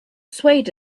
swayed